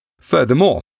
Furthermore